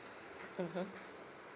mmhmm